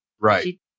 Right